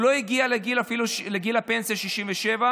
הוא לא הגיע אפילו לגיל הפנסיה 67,